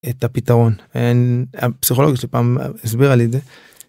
את הפתרון, הפסיכולוגית שלי פעם הסבירה לי את זה.